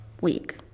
week